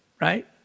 Right